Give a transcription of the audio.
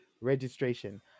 registration